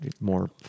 more